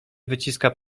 wyciska